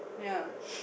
ya